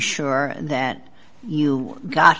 sure that you got